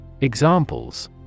Examples